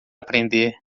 aprender